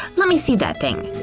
let me see that thing.